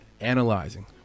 analyzing